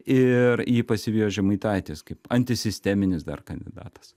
ir jį pasivijo žemaitaitis kaip antisisteminis dar kandidatas